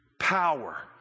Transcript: power